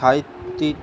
সাহিত্যিক